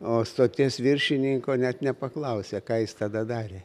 o stoties viršininko net nepaklausia ką jis tada darė